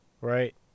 right